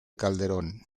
calderón